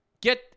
Get